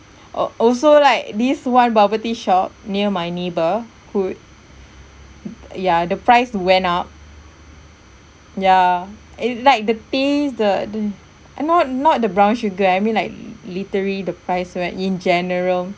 al~ also like this one bubble tea shop near my neighbourhood ya the price went up ya it's like the taste the the not not the brown sugar I mean like literary the price went in general